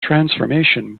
transformation